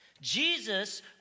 Jesus